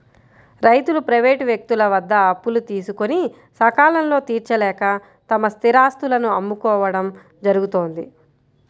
రైతులు ప్రైవేటు వ్యక్తుల వద్ద అప్పులు తీసుకొని సకాలంలో తీర్చలేక తమ స్థిరాస్తులను అమ్ముకోవడం జరుగుతోంది